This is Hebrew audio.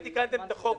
תיקנתם את החוק